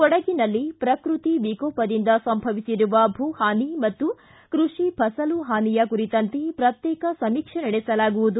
ಕೊಡಗಿನಲ್ಲಿ ಪ್ರಕೃತ್ತಿ ವಿಕೋಪದಿಂದ ಸಂಭವಿಸಿರುವ ಭೂಪಾನಿ ಮತ್ತು ಕೃಷಿ ಫಸಲು ಪಾನಿಯ ಕುರಿತಂತೆ ಪ್ರತ್ಯೇಕ ಸಮೀಕ್ಷೆ ನಡೆಸಲಾಗುವುದು